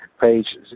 Page